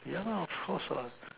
ya of course what